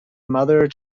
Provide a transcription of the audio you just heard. mother